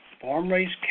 farm-raised